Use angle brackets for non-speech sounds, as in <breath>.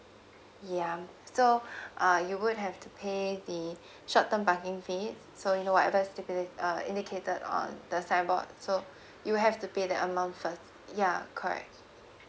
ya so <breath> uh you would have to pay the short term parking fee so you know whatever that is uh indicated on the signboard so you'll have to pay that amount first ya correct